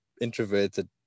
introverted